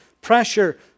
pressure